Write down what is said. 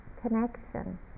connection